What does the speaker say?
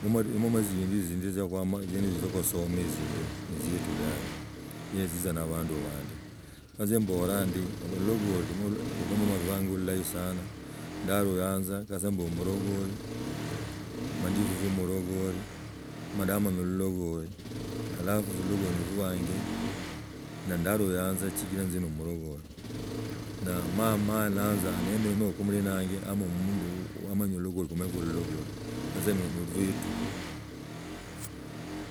Imoma tzindi inzi tziene izi ndie khwakhasomaa tzindi na zieti dabe yezizaa na abandu bandi kwe tzi mbora ndii olulogori na olulama lwanje lulahi sana ndatuyanza kaza mb omulogori mandibulwa murogoli mondaamanya lulogori halaru tza lulogori niluo bwanzi na ndaluyanza tzigila izi ndo mulogori na mama naanza niachbeho namlina wanje ama omundu wamanya lulugoli kaze no ovetu.